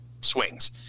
swings